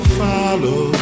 follow